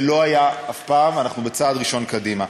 זה לא היה אף פעם, אנחנו בצעד ראשון קדימה.